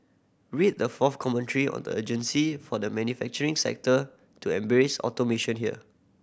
read the fourth commentary on the urgency for the manufacturing sector to embrace automation here